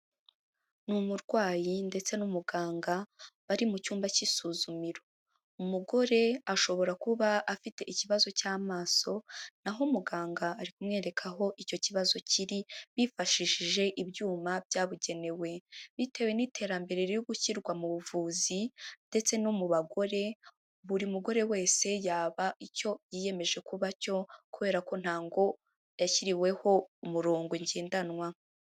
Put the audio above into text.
Ni umurwayi ndetse n'umuganga, bari mu cyumba cy'isuzumiro. Umugore ashobora kuba afite ikibazo cy'amaso, naho umuganga ari kumwereka aho icyo kibazo kiri, bifashishije ibyuma byabugenewe. Bitewe n'iterambere riri gushyirwa mu buvuzi ndetse no mu bagore, buri mugore wese yaba icyo yiyemeje kuba cyo kubera ko ntabwo yashyiriweho umurongo ngendanwa.